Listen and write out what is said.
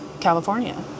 california